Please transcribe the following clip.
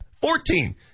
Fourteen